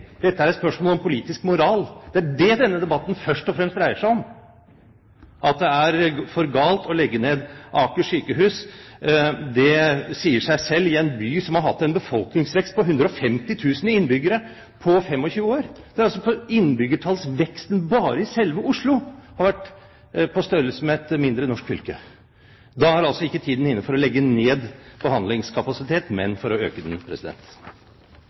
Dette er et spørsmål om politisk moral. Det er det denne debatten først og fremst dreier seg om. At det er for galt å legge ned Aker sykehus, sier seg selv i en by som har hatt en befolkningsvekst på 150 000 innbyggere på 25 år. Innbyggertallsveksten bare i selve Oslo har vært på størrelse med et mindre norsk fylke. Da er ikke tiden inne til å legge ned behandlingskapasitet, men til å øke den.